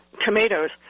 tomatoes